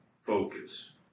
focus